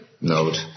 note